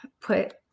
put